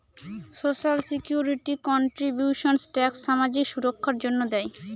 social security contributions tax সামাজিক সুররক্ষার জন্য দেয়